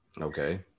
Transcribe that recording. Okay